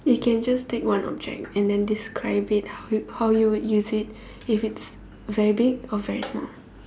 you can just take one object and then describe it how you how you would use it if it's very big or very small